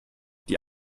die